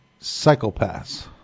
psychopaths